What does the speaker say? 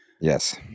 Yes